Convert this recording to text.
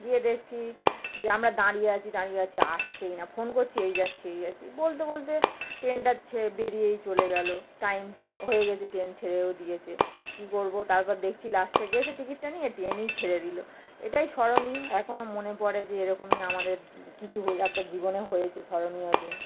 গিয়ে দেখছি যে আমরা দাঁড়িয়ে আছি দাঁড়িয়ে আছি আসছেই না ফোন করছি এই যাচ্ছি এই যাচ্ছি বলতে বলতে ট্রেনটা ছেড়ে বেড়িয়েই চলে গেলো টাইম সে হয়ে গেছে ট্রেন ছেড়েও দিয়েছে কী করবো তারপর দেখছি লাস্টে গেছে টিকিটটা নিয়ে ট্রেনই ছেড়ে দিলো এটাই স্মরণীয় এখনো মনে পড়ে যে এরকমই আমাদের কিছু একটা জীবনে হয়েছে স্মরণীয় দিন